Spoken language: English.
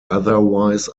otherwise